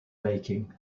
baking